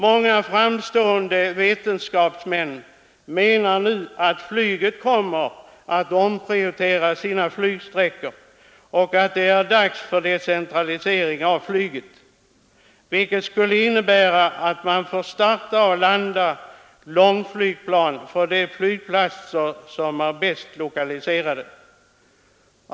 Många framstående vetenskapsmän menar att flyget kommer att omprioritera sina flygsträckor och att det är dags för decentralisering av flyget, vilket skulle innebära att man får starta och landa långdistansflygplan från de flygplatser som är bäst lokaliserade.